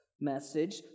message